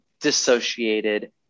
dissociated